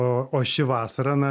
o o ši vasara na